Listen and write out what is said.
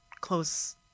close